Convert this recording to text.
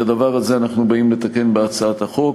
את הדבר הזה אנחנו באים לתקן בהצעת החוק,